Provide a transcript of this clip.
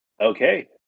okay